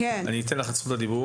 תרצה, אני אתן לך את זכות הדיבור.